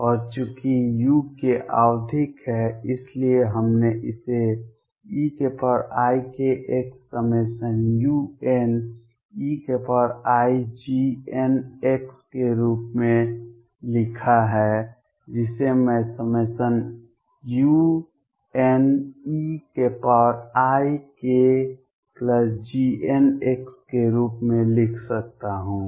और चूंकि uk आवधिक है इसलिए हमने इसे eikx∑un eiGnx के रूप में लिखा है जिसे मैं ∑un eikGnx के रूप में लिख सकता हूं